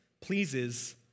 pleases